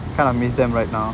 kind of miss them right now